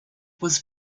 was